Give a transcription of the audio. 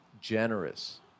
generous